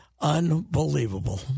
Unbelievable